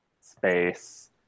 space